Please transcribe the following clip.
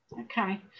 Okay